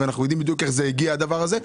ואנחנו יודעים בדיוק איך הגיע הדבר הזה.